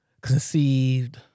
conceived